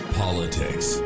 politics